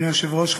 אדוני היושב-ראש,